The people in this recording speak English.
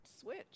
switch